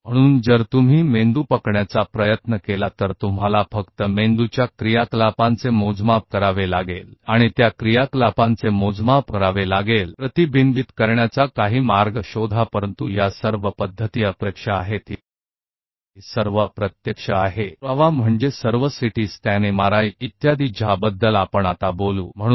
इसलिए यदि आप एक मस्तिष्क को पकड़ने की कोशिश करते हैं जो आपको करना है वह यह कि आप मस्तिष्क की गतिविधियों को मापें जो उन गतिविधियों को प्रतिबिं बित करने के कुछ तरीके का पता लगाती है लेकिन जो सब कुछ विधियां है वह अप्रत्यक्ष है यह सभी अप्रत्यक्ष सबूत है सभी सीटी स्कैन एमआरआई इत्यादि है जिनके बारे में हम अब बात करेंगे